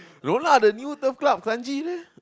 no lah the new turf club kranji there